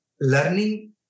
learning